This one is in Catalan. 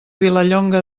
vilallonga